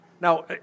Now